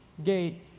gate